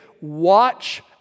watch